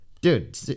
Dude